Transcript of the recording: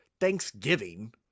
Thanksgiving